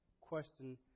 question